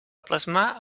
plasmar